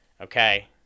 okay